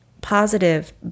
positive